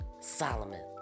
Solomon